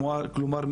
כלומר,